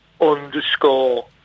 underscore